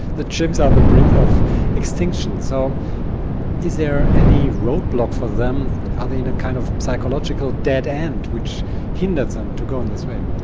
the chimps are on the brink of extinction. so is there any roadblock for them, are they in a kind of psychological dead end which hinders them to go in this way?